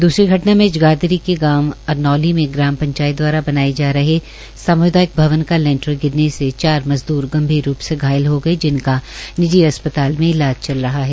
दूसरी घटना में जगाधरी के गांव अरनौली में ग्राम पंचायत दवारा बनाए जा रहे साम्दायिक भवन का लैंटल गिरने से चार मजद्र गंभीर रूप से घायल हो गए जिनका निजी अस्पताल में इलाज चल रहा है